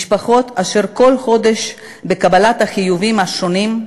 משפחות אשר כל חודש, בקבלת החיובים השונים,